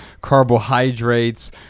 carbohydrates